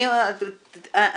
אני